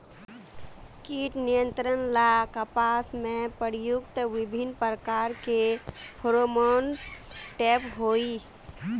कीट नियंत्रण ला कपास में प्रयुक्त विभिन्न प्रकार के फेरोमोनटैप होई?